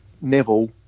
Neville